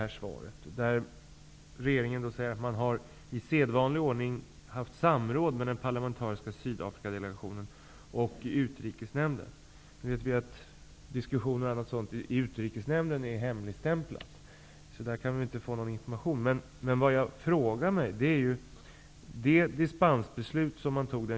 Där sägs att regeringen i sedvanlig ordning har haft samråd med den parlamentariska Sydafrikadelegationen och i utrikesnämnden. Nu vet vi att diskussionerna i utrikesnämnden är hemligstämplade, och där kan vi inte få någon information.